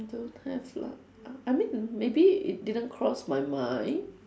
don't have lah I I mean maybe it didn't cross my mind